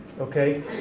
Okay